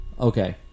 okay